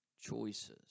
choices